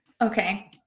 Okay